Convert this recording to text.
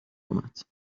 آمد